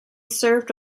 served